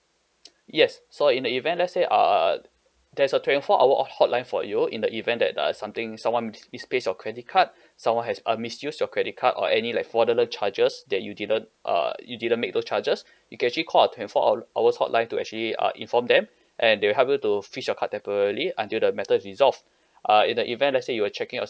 yes so in the event let's say uh there's a twenty four hour of~ hotline for you in the event that uh something someone mis~ misplaced your credit card someone has uh misused your credit card or any like fraudulent charges that you didn't err you didn't make those charges you can actually call our twenty hour hours hotline to actually uh inform them and they will help you to freeze your card temporally until the matter is resolved uh in the event let's say you were checking your